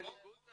תנו לו להשלים.